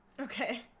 Okay